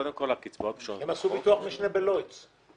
קודם כול, הקצבאות משולמות בחוק.